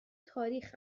تاریخ